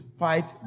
fight